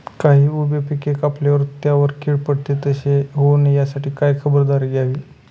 काही उभी पिके कापल्यावर त्यावर कीड पडते, तसे होऊ नये यासाठी काय खबरदारी घ्यावी?